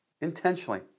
intentionally